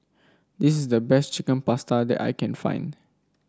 this is the best Chicken Pasta that I can find